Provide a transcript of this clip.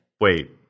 Wait